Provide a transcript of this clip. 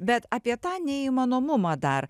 bet apie tą neįmanomumą dar